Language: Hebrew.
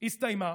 הסתיימה